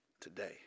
today